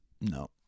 no